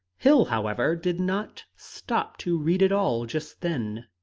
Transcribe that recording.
hill, however, did not stop to read it all just then.